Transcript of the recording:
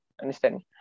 understand